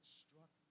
struck